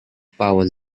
power